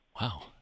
Wow